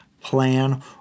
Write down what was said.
plan